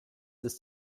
ist